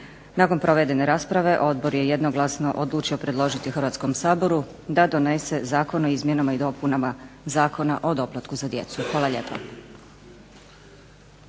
Nakon provedene rasprave Odbor je jednoglasno odlučio predložiti Hrvatskom saboru da donese Zakon o izmjenama i dopunama Zakona o doplatku za djecu. Hvala lijepa.